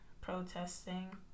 protesting